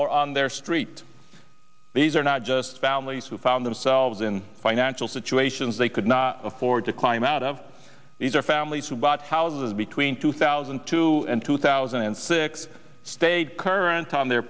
or on their street these are not just families who found themselves in financial situations they could not afford to climb out of these are families who bought houses between two thousand and two and two thousand and six stayed current on their